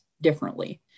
differently